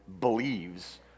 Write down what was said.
believes